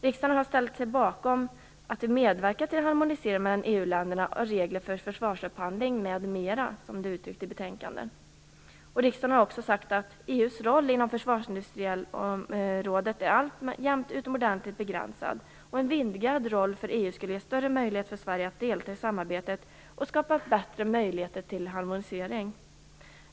Riksdagen har ställt sig bakom att vi medverkar till en harmonisering mellan EU-länderna av regler för försvarsupphandling m.m., som det är uttryckt i betänkandet. Riksdagen har också sagt att EU:s roll inom försvarsindustriområdet alltjämt är utomordentligt begränsad. En vidgad roll för EU skulle ge större möjligheter för Sverige att delta i samarbetet och skapa bättre möjligheter till harmonisering.